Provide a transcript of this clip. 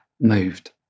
moved